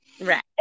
Right